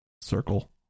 circle